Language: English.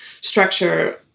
structure